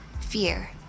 fear